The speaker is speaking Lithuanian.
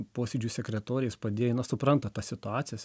posėdžių sekretorės padėjėjai na supranta tas situacijas